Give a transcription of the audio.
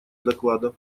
доклада